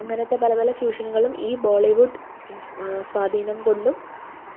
അങ്ങനത്തെ പല പല ഫ്യൂഷനുകളും ഈ ബോളിവുഡ് ഇൻ സ്വാധീനം കൊണ്ടും